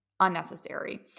unnecessary